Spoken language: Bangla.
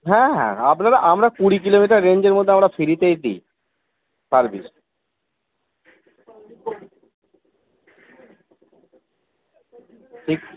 হ্যাঁ হ্যাঁ আপনারা আমরা কুড়ি কিলোমিটার রেঞ্জের মধ্যে আমরা ফিরিতেই দিই সার্ভিস ঠিক